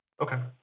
Okay